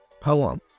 poem